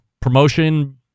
promotion